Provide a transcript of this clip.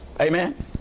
Amen